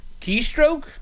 keystroke